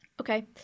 Okay